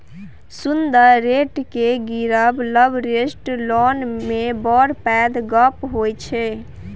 सुदक रेट केँ गिरब लबरेज्ड लोन मे बड़ पैघ गप्प होइ छै